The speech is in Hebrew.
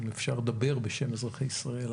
אם אפשר לדבר בשם אזרחי ישראל,